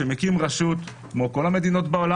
שמקים רשות כמו כל המדינות בעולם.